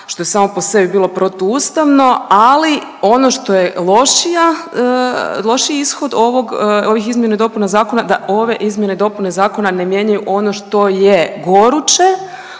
što je samo po sebi bilo protuustavno, ali ono što je lošiji ishod ovih izmjena i dopuna zakona da ove izmjene i dopune zakona ne mijenjaju ono što je goruće,